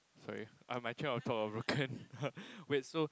sorry I'm actually on top of wait so